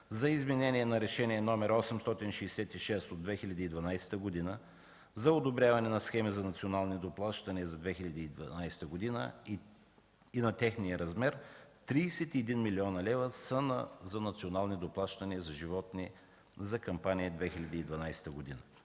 за изменение на Решение № 866 от 2012 г. за одобряване на схеми за национални доплащания за 2012 г. и на техния размер – 31 млн. лв. са за национални доплащания за животни за Кампания 2012 г.